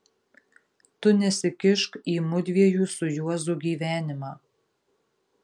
tu nesikišk į mudviejų su juozu gyvenimą